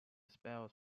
spells